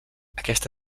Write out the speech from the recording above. aquesta